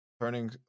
turning